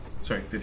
Sorry